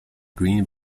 green